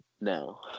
No